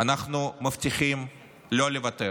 אנחנו מבטיחים לא לוותר.